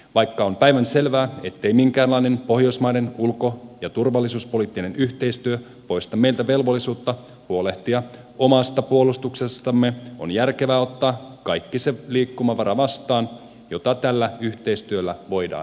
vaikka on päivänselvää ettei minkäänlainen pohjoismainen ulko ja turvallisuuspoliittinen yhteistyö poista meiltä velvollisuutta huolehtia omasta puolustuksestamme on järkevää ottaa kaikki se liikkumavara vastaan jota tällä yhteistyöllä voidaan saavuttaa